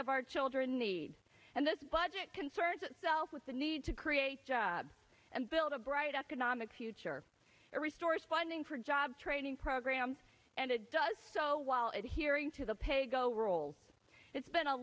of our children need and this budget concerns itself with the need to create jobs and build a bright economic future it restores funding for job training programs and it does so while it hearing to the paygo role it's been a